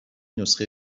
نسخه